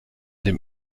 dem